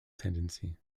tendency